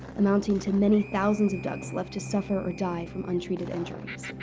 amounting to many thousands of ducks left to suffer or die from untreated injuries.